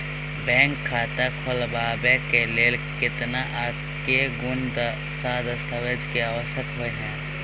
Bank खाता खोलबाबै केँ लेल केतना आ केँ कुन सा दस्तावेज केँ आवश्यकता होइ है?